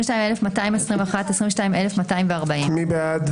22,241 עד 22,260. מי בעד?